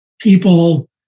people